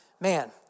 man